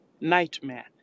Nightmare